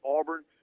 Auburn